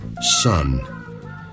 son